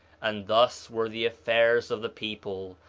and thus were the affairs of the people.